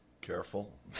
Careful